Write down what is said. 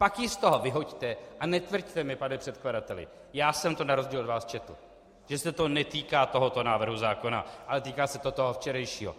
Pak ji z toho vyhoďte a netvrďte mi, pane předkladateli já jsem to na rozdíl od vás četl , že se to netýká tohoto návrhu zákona, ale týká se to toho včerejšího.